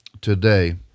today